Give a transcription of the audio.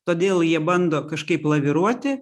todėl jie bando kažkaip laviruoti